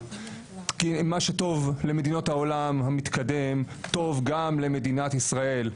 כי מה שטוב למדינות העולם המתקדם טוב גם למדינת ישראל.